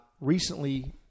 recently